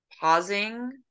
pausing